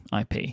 IP